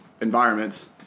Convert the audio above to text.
environments